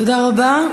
תודה רבה.